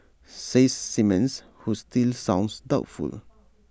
says Simmons who still sounds doubtful